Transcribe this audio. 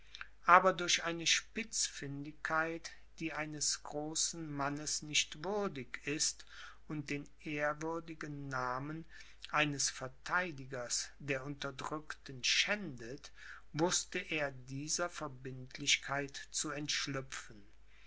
aber durch eine spitzfindigkeit die eines großen mannes nicht würdig ist und den ehrwürdigen namen eines verteidigers der unterdrückten schändet wußte er dieser verbindlichkeit zu entschlüpfen